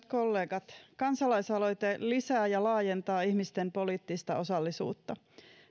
kollegat kansalaisaloite lisää ja laajentaa ihmisten poliittista osallisuutta